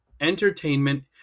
entertainment